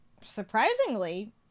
Surprisingly